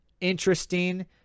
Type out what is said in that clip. interesting